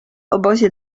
obozie